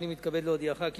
הריני מתכבד להודיעכם,